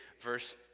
verse